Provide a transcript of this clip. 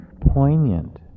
poignant